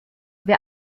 wir